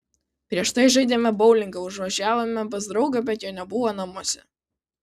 prieš tai žaidėme boulingą užvažiavome pas draugą bet jo nebuvo namuose